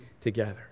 together